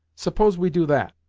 suppose we do that?